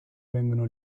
vengono